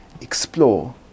explore